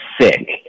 sick